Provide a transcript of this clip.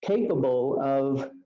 capable of